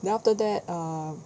then after that um